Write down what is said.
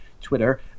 Twitter